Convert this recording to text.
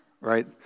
right